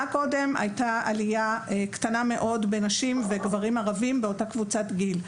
קודם הייתה עלייה קטנה מאוד בנשים וגברים ערבים באותה קבוצת גיל,